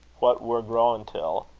what we're growin' till,